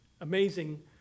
amazing